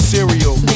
Cereal